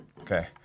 Okay